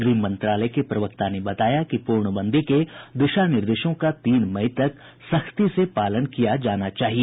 गृह मंत्रालय के प्रवक्ता ने बताया कि पूर्णबंदी के दिशा निर्देशों का तीन मई तक सख्ती से पालन किया जाना चाहिए